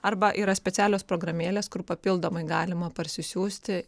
arba yra specialios programėlės kur papildomai galima parsisiųsti